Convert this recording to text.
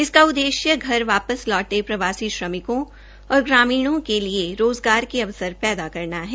इसका उद्देश्य घर वापस लौटे प्रवासी श्रमिकों और ग्रामीणों के लिए रोज़गार के अवसर पैदा करना है